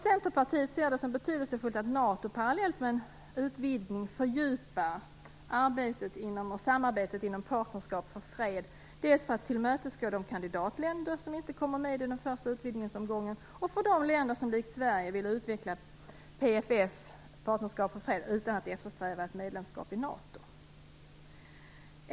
Centerpartiet ser det som betydelsefullt att NATO parallellt med en utvidgning fördjupar arbetet och samarbetet inom Partnerskap för fred dels för att tillmötesgå de kandidatländer som inte kommer med i denna första utvidgningsomgång, dels för de länder som likt Sverige vill utveckla PFF utan att eftersträva ett medlemskap i NATO.